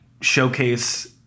showcase